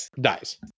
dies